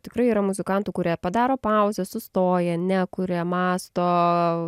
tikrai yra muzikantų kurie padaro pauzę sustoja nekuria mąsto